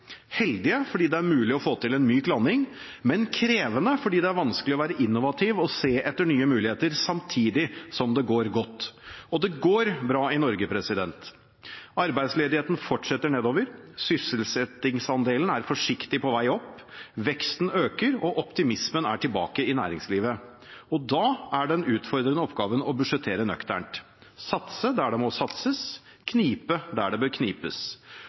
heldige fordi det er mulig å få til en myk landing, men krevende fordi det er vanskelig å være innovativ og se etter nye muligheter samtidig som det går godt. Og det går bra i Norge. Arbeidsledigheten fortsetter nedover, sysselsettingsandelen er forsiktig på vei opp, veksten øker, og optimismen er tilbake i næringslivet. Da er den utfordrende oppgaven å budsjettere nøkternt, satse der det må satses, knipe der det bør knipes.